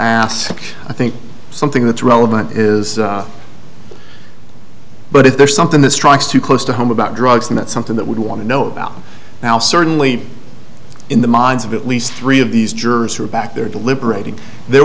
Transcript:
ask i think something that's relevant is but is there something that strikes too close to home about drugs and that's something that would want to know about now certainly in the minds of at least three of these jurors who are back there deliberating there